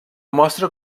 mostra